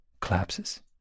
collapses